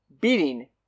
beating